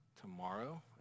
tomorrow